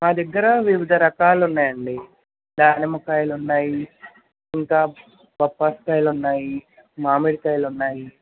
మా దగ్గర వివిధ రకాలు ఉన్నాయి అండి దానిమ్మ కాయలున్నాయి ఇంకా బొప్పాసి కాయలున్నాయి మామిడి కాయలున్నాయి